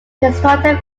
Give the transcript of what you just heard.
destructive